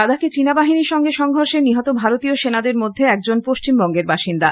লাদাখে চীনা বাহিনীর সঙ্গে সংঘর্ষে নিহত ভারতীয় সেনাদের মধ্যে একজন পশ্চিমবঙ্গের বাসিন্দা